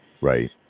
Right